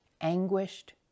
anguished